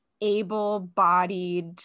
able-bodied